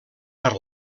per